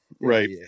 Right